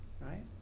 Right